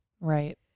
Right